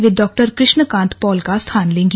वे डॉ कृष्ण कांत पॉल का स्थान लेंगी